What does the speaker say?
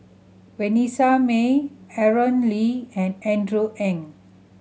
Vanessa Mae Aaron Lee and Andrew Ang